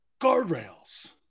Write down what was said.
Guardrails